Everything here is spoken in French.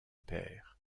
père